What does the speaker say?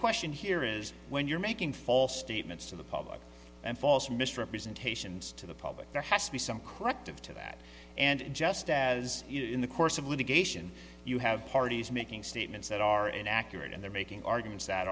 question here is when you're making false statements to the public and false misrepresentations to the public there has to be some corrective to that and just as in the course of litigation you have parties making statements that are inaccurate and they're making arguments that